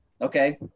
okay